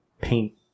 paint